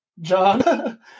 John